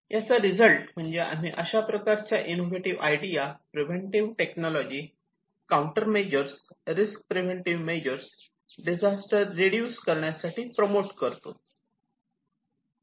याचा रिझल्ट म्हणजे आम्ही अशा प्रकारच्या innovative idea preventive technology counter measure risk preventive measure disaster reduce करण्यासाठी प्रमोट करू शकतो